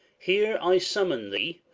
here i summon thee,